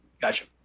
Gotcha